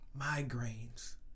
Migraines